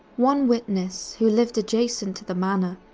one witness, who lived adjacent to the manor,